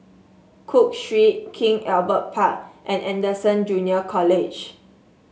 Cook Street King Albert Park and Anderson Junior College